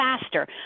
faster